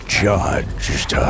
judged